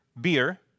beer